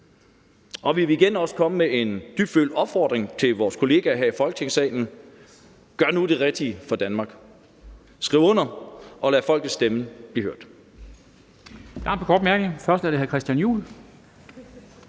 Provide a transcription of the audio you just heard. Vi vil igen også komme med en dybfølt opfordring til vores kollegaer her i Folketingssalen: Gør nu det rigtige for Danmark, skriv under, og lad folkets stemme blive hørt.